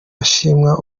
ashima